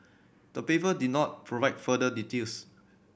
the paper did not provide further details